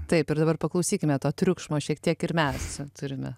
taip ir dabar paklausykime to triukšmo šiek tiek ir mes turime